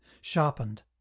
sharpened